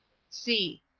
c.